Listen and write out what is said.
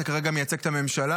אתה כרגע מייצג את הממשלה,